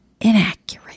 inaccurate